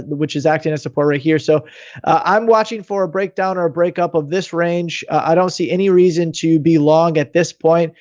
which is active as support right here. so i'm watching for a break down or a break up of this range. i don't see any reason to be long at this point.